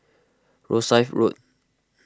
Rosyth Road